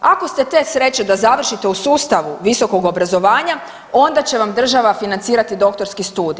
Ako ste te sreće da završite u sustavu visokog obrazovanja onda će vam država financirati doktorski studij.